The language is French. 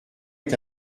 est